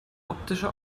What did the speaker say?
optische